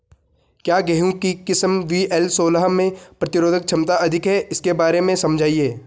क्या गेहूँ की किस्म वी.एल सोलह में प्रतिरोधक क्षमता अधिक है इसके बारे में समझाइये?